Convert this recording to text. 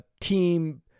Team